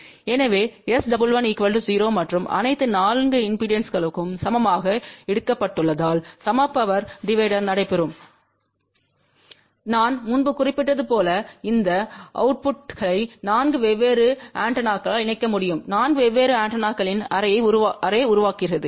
எனவே S11 0 மற்றும் அனைத்து 4 இம்பெடன்ஸ்களும் சமமாக எடுக்கப்பட்டுள்ளதால் சம பவர் டிவைடர் நடைபெறும் நான் முன்பு குறிப்பிட்டது போல இந்த அவுட்புட்களை 4 வெவ்வேறு ஆண்டெனாக்களுடன் இணைக்க முடியும் 4 வெவ்வேறு ஆண்டெனாக்களின் அரேயை உருவாக்குகிறது